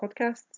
Podcasts